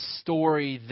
story